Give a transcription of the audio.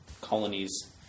colonies